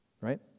right